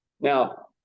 Now